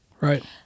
Right